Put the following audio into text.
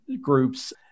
groups